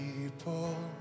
People